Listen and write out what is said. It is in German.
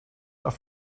auf